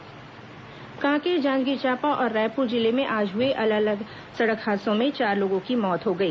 दुर्घटना कांकेर जांजगीर चांपा और रायपुर जिले में आज हुए अलग अलग सड़क हादसों में चार लोगों की मौत हो गई